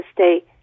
stay